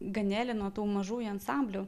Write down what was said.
ganelino tų mažųjų ansamblių